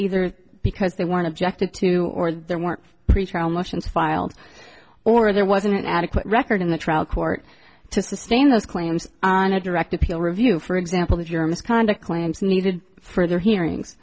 either because they weren't objected to or there weren't pretrial motions filed or there wasn't adequate record in the trial court to sustain those claims on a direct appeal review for example if your misconduct claims needed further hearings